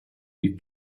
you